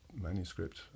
manuscript